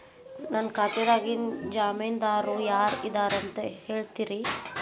ನನ್ನ ಖಾತಾದ್ದ ಜಾಮೇನದಾರು ಯಾರ ಇದಾರಂತ್ ಹೇಳ್ತೇರಿ?